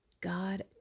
God